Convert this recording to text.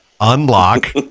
unlock